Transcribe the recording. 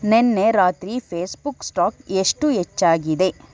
ನೆನ್ನೆ ರಾತ್ರಿ Facebook stock ಎಷ್ಟು ಹೆಚ್ಚಾಗಿದೆ